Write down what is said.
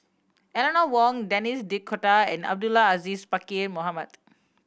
Eleanor Wong Denis D'Cotta and Abdul Aziz Pakkeer Mohamed